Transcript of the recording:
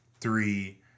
three